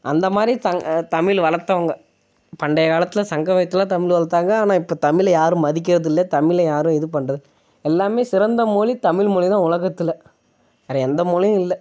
அந்தமாதிரி த தமிழ் வளர்த்தவங்க பண்டைய காலத்தில் சங்கம் வைத்தெலாம் தமிழ் வளர்த்தாங்க ஆனால் இப்போ தமிழை யாரும் மதிக்கிறது இல்லை தமிழை யாரும் இது பண்ணுறது எல்லாமே சிறந்த மொழி தமிழ் மொழிதான் உலகத்தில் வேறு எந்த மொழியும் இல்லை